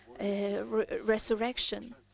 resurrection